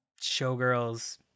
Showgirls